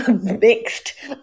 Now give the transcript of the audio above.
mixed